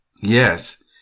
Yes